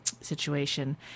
situation